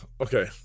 okay